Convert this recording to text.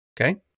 okay